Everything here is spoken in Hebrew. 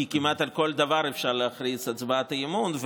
כי כמעט על כל דבר אפשר להכריז הצבעת אי-אמון,